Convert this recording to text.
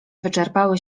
wyczerpały